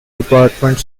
department